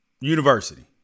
University